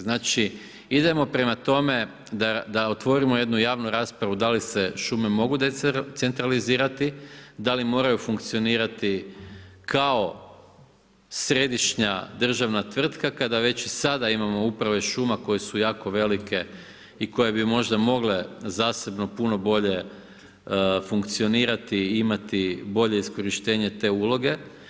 Znači idemo prema tome da otvorimo jednu javnu raspravu da li se šume mogu decentralizirati, da li moraju funkcionirati kao središnja državna tvrtka kada već i sada imamo uprave šuma koje su jako velike i koje bi možda mogle zasebno puno bolje funkcionirati i imati bolje iskorištenje te uloge.